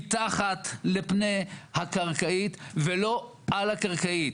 מתחת לפני הקרקעית ולא על הקרקעית,